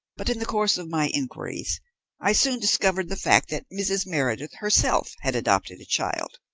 but in the course of my inquiries i soon discovered the fact that mrs. meredith herself had adopted a child,